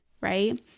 right